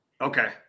Okay